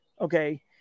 okay